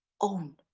own